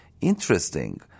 interesting